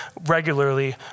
regularly